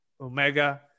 omega